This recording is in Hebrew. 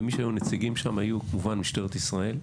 ומי שהיו לו נציגים שם היו כמובן משטרת ישראל,